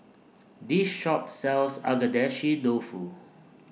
This Shop sells Agedashi Dofu